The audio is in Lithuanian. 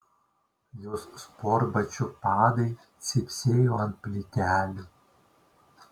jos sportbačių padai cypsėjo ant plytelių